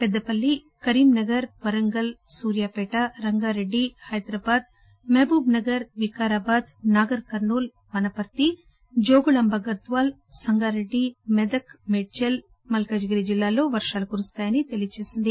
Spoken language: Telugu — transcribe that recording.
Peddapalli Karimnagar Warangal Suryapet Rangareddy Hyderabad Mahabubnagar Vikarabad Nagarkurnool Wanaparthy Jogulamba Gadwal Sangareddy Medak Medchal Malkajgiri జిల్లాల్లో వర్షాలు కురుస్తాయని తెలియజేసింది